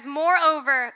moreover